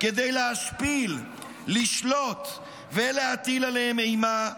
כדי להשפיל, לשלוט ולהטיל עליהם אימה,